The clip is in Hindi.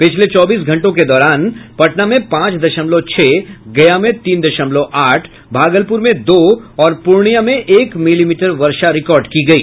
पिछले चौबीस घंटों के दौरान पटना में पांच दशमलव छह गया में तीन दशमलव आठ भागलपुर में दो और पूर्णिया में एक मिलीमीटर वर्षा रिकॉर्ड की गयी